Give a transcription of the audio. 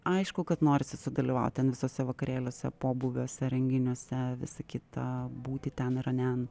aišku kad norisi sudalyvaut ten visuose vakarėliuose pobūviuose renginiuose visa kita būti ten ir anen